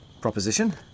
proposition